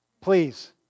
Please